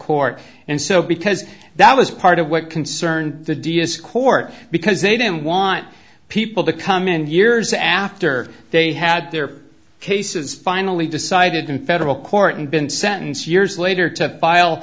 court and so because that was part of what concerns the d a s court because they didn't want people to come and years after they had their cases finally decided in federal court and been sentenced years later to file